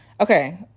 Okay